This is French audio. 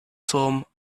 sommes